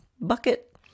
bucket